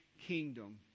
kingdom